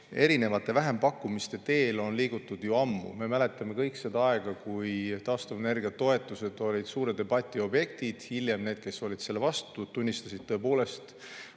erinevate vähempakkumiste teel on liigutud ju ammu. Me mäletame kõik seda aega, kui taastuvenergia toetused olid suure debati objektid. Hiljem need, kes olid selle vastu, tunnistasid, et tõepoolest